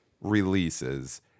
releases